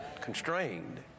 Constrained